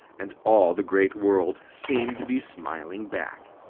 and all the great world seemed to be smiling back.